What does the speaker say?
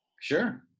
Sure